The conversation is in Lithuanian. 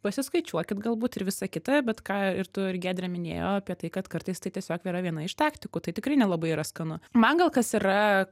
pasiskaičiuokit galbūt ir visa kita bet ką ir tu ir giedrė minėjo apie tai kad kartais tai tiesiog yra viena iš taktikų tai tikrai nelabai yra skanu man gal kas yra